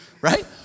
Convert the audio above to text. Right